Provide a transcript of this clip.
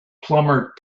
plumber